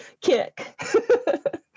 kick